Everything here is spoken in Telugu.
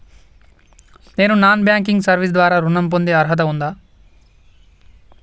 నేను నాన్ బ్యాంకింగ్ సర్వీస్ ద్వారా ఋణం పొందే అర్హత ఉందా?